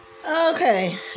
okay